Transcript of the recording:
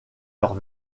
leurs